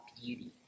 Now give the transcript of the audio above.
beauty